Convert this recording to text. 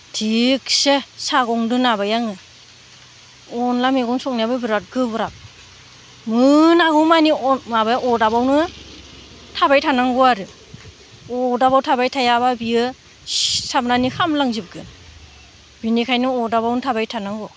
थिकसे सागंदो नाबाय आङो अनला मैगं संनायाबो बिरात गोब्राब मोनागौमानि माबा अरदाबावनो थाबाय थानांगौ आरो अरदाबाव थाबाय थायाबा बेयो सिथाबनानै खामलांजोबगोन बेनिखायनो अरदाबावनो थाबाय थानांगौ